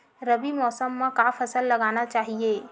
रबी मौसम म का फसल लगाना चहिए?